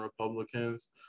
Republicans